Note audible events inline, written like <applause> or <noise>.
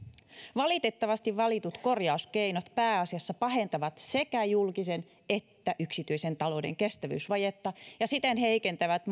valitettavasti valitut korjauskeinot pääasiassa pahentavat sekä julkisen että yksityisen talouden kestävyysvajetta ja siten heikentävät <unintelligible>